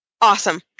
Awesome